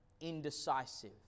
indecisive